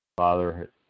Father